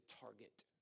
target